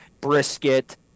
brisket